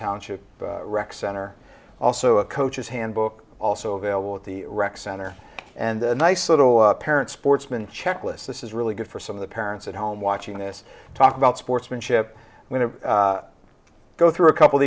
township rec center also a coach's handbook also available at the rec center and a nice little parent sportsman checklist this is really good for some of the parents at home watching this talk about sportsmanship when to go through a couple